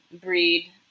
breed